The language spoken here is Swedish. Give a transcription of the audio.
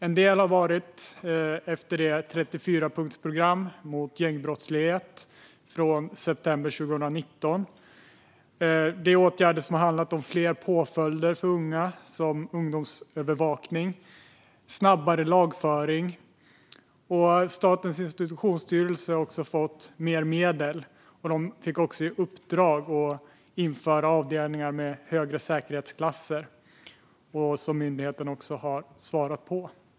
En del har varit efter 34-punktsprogrammet mot gängbrottslighet från september 2019. Det är åtgärder som har handlat om fler påföljder för unga, till exempel ungdomsövervakning, och snabbare lagföring. Statens institutionsstyrelse har också fått mer medel. De fick också i uppdrag att införa avdelningar med högre säkerhetsklasser, vilket myndigheten också har svarat på.